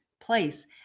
place